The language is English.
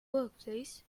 workplace